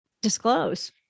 disclose